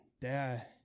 Dad